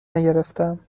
نگرفتم